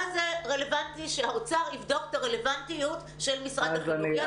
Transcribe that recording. מה זה רלוונטי שהאוצר יבדוק את הרלוונטיות של משרד החינוך?